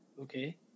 okay